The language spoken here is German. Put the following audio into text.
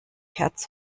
hertz